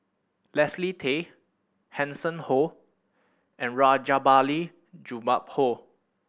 Leslie Tay Hanson Ho and Rajabali Jumabhoy